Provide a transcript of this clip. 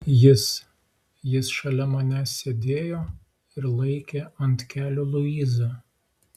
jis jis šalia manęs sėdėjo ir laikė ant kelių luizą